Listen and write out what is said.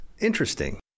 interesting